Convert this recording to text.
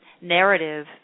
narrative